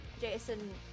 Jason